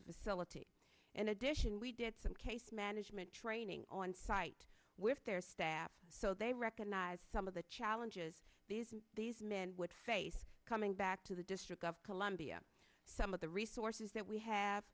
facility in addition we did some case management training on site with their staff so they recognize some of the challenges these these men would face coming back to the district of columbia some of the resources that we have